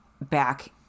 back